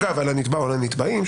אולי "נתבעים".